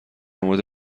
مورد